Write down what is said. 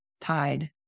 tide